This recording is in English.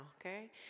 okay